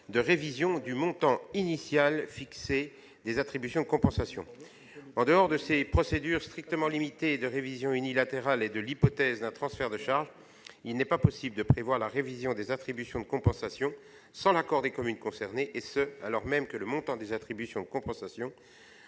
de révision du montant initialement fixé des attributions de compensation. En dehors de ces procédures strictement limitées de révision unilatérale et de l'hypothèse d'un transfert de charges, il n'est pas possible de prévoir la révision des attributions de compensation sans l'accord des communes concernées, et ce alors même que le montant des attributions de compensation